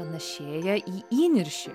panašėja į įniršį